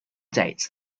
dates